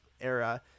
era